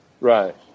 right